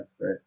Right